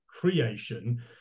creation